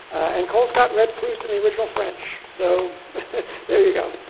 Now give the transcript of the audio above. and colescott read proust in the original french. so there you go.